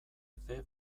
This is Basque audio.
efe